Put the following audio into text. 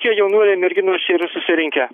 čia jaunuoliai merginos yra susirinkę